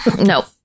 no